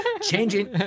Changing